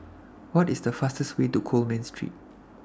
What IS The fastest Way to Coleman Street